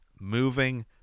moving